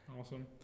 Awesome